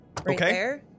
Okay